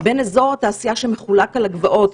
בין אזור התעשייה שמחולק על הגבעות,